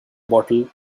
bottle